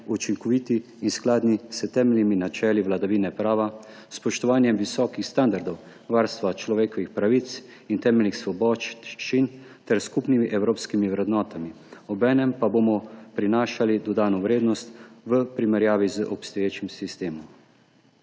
učinkoviti in skladni s temeljnimi načeli vladavine prava, spoštovanjem visokih standardov varstva človekovih pravic in temeljnih svoboščin ter s skupnimi evropskimi vrednotami. Obenem pa bomo prinašali dodano vrednost v primerjavi z obstoječim sistemom.